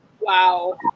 Wow